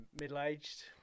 middle-aged